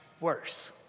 worse